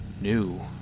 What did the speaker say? new